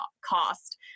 cost